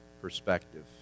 perspective